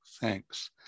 thanks